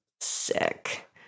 Sick